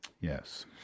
Yes